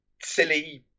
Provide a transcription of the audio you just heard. silly